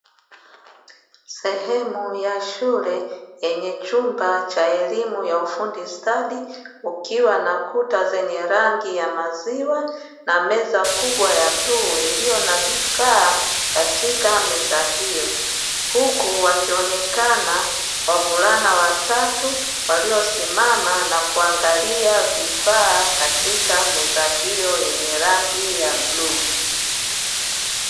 Sehemu ya shule yenye chumba cha ufundi stadi kukiwa na kuta zenye rangi ya maziwa na meza kubwa ya rangi ya bluu iliyo na vifaa katika meza hiyoo huku wakionekana wavulana watatu waliosimama na kuangalia vifaa katika meza hiyo yenye rangi ya bluu.